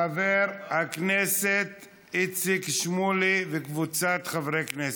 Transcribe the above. חבר הכנסת איציק שמולי וקבוצת חברי הכנסת.